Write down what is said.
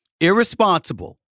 Irresponsible